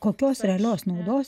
kokios realios naudos